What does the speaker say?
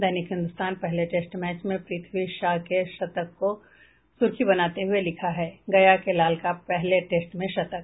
दैनिक हिन्द्रस्तान पहले test match में पृथ्वी शॉ के शतक को सूर्खी बनाते हुए लिखा है गया के लाल का पहले टेस्ट में शतक